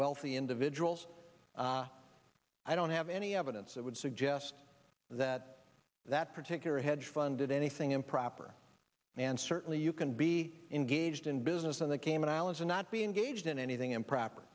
wealthy individuals i don't have any evidence that would suggest that that particular hedge fund did anything improper and certainly you can be engaged in business in the cayman islands or not be engaged in anything improper